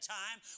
time